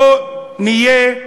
בואו נהיה אחראיים,